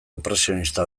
inpresionista